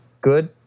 good